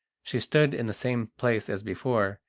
she stood in the same place as before,